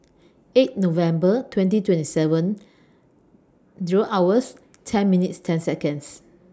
eight November twenty twenty seven Zero hours ten minutes ten Seconds